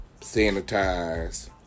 sanitize